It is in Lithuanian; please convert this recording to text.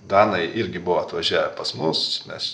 danai irgi buvo atvažiavę pas mus mes